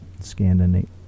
Scandinavian